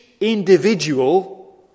individual